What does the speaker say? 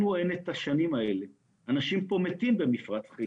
לנו אין את השנים האלה, אנשים פה מתים במפרץ חיפה.